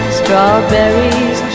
strawberries